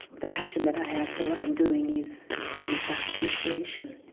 the passion that i have for what i'm doing is is um restoration,